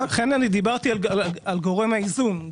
לכן אני דיברתי על גורם האיזון.